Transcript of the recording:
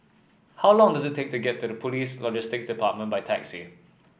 how long does it take to get to Police Logistics Department by taxi